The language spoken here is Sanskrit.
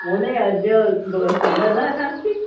महोदया अद्य सम्मर्दः नास्ति